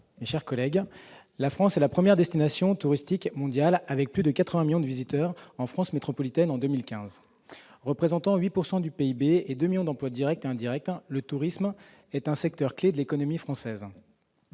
mes chers collègues, la France est la première destination touristique mondiale, avec plus de 80 millions de visiteurs en France métropolitaine en 2015. Représentant 8 % du PIB et deux millions d'emplois directs et indirects, le tourisme est un secteur clé de l'économie française.